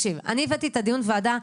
אני הבאתי את הדיון בוועדה,